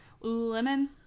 lemon